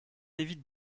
évite